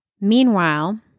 meanwhile